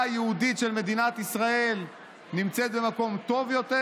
היהודית של מדינת ישראל נמצאת במקום טוב יותר